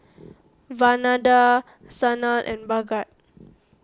Vandana Sanal and Bhagat